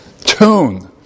tune